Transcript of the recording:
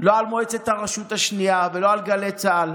לא על מועצת הרשות השנייה ולא על גלי צה"ל,